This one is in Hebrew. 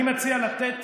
אני מציע לתת